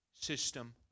system